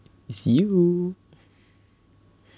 it's you